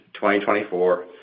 2024